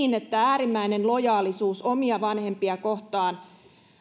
niin että äärimmäinen lojaalisuus omia vanhempia kohtaan